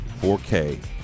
4K